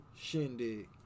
shindig